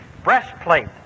breastplate